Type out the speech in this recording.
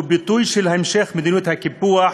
הוא ביטוי של המשך מדיניות הקיפוח